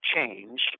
change